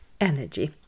energy